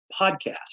podcast